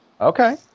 Okay